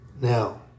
Now